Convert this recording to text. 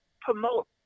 promote